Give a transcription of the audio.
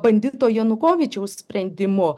bandito janukovyčiaus sprendimu